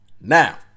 Now